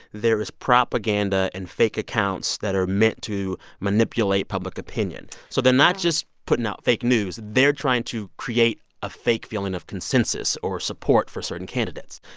there is propaganda and fake accounts that are meant to manipulate public opinion wow so they're not just putting out fake news. they're trying to create a fake feeling of consensus or support for certain candidates.